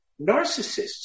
narcissists